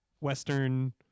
western